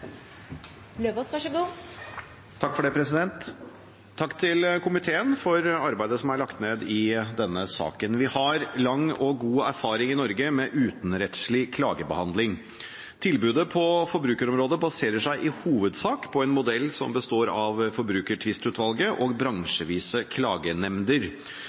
lagt ned i denne saken. Vi har lang og god erfaring i Norge med utenrettslig klagebehandling. Tilbudet på forbrukerområdet baserer seg i hovedsak på en modell som består av Forbrukertvistutvalget og bransjevise klagenemnder.